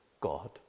God